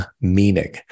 meaning